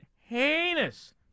heinous